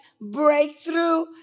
breakthrough